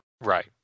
Right